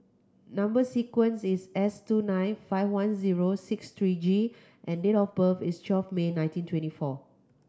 number sequence is S two nine five one zero six three G and date of birth is twelve May nineteen twenty four